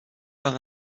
par